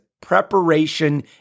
preparation